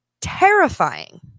terrifying